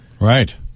Right